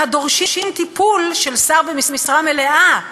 הדורשים טיפול של שר במשרה מלאה,